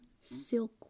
silk